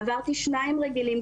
עברתי שניים רגילים.